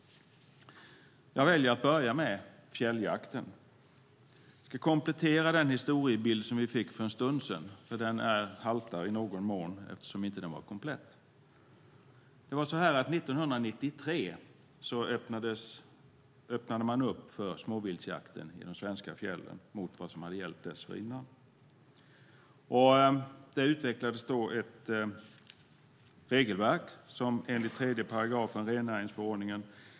Jag väljer att börja med fjälljakten. Jag ska komplettera den historiebild vi fick för en stund sedan. Den haltar i någon mån eftersom den inte var komplett. År 1993 öppnade man för småviltsjakt i de svenska fjällen till skillnad mot vad som hade gällt dessförinnan. Det utvecklades ett regelverk enligt 3 § rennäringsförordningen.